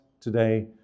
today